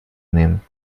nehmen